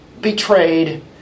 betrayed